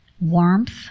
warmth